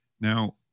Now